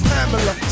Pamela